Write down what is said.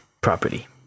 property